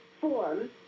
form